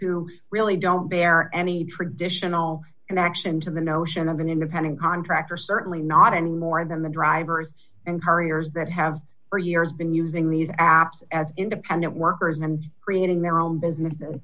who really don't bear any traditional connection to the notion of an independent contractor certainly not any more than the drivers and couriers that have for years been using these apps as independent workers and creating their own business